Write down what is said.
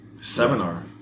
Seminar